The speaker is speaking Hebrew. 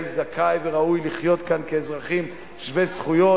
זכאי וראוי לחיות כאן כאזרחים שווי זכויות.